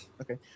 Okay